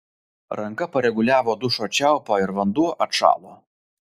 ranka pareguliavo dušo čiaupą ir vanduo atšalo